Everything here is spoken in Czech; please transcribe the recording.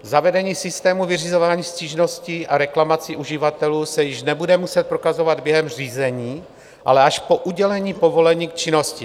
Zavedení systému vyřizování stížností a reklamací uživatelů se již nebude muset prokazovat během řízení, ale až po udělení povolení k činnosti.